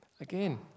Again